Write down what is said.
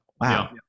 wow